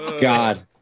God